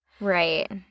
Right